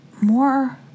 more